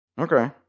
Okay